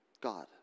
God